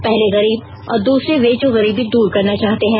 पहले गरीब और दूसरे वे जो गरीबी दूर करना चाहते हैं